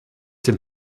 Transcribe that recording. den